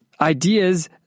ideas